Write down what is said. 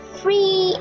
free